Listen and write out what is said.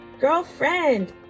Girlfriend